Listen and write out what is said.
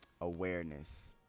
awareness